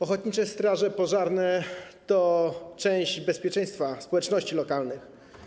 Ochotnicze straże pożarne to część bezpieczeństwa społeczności lokalnych.